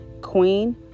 Queen